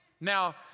Now